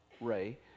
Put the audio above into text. Ray